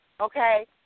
okay